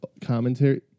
commentary